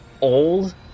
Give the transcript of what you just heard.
old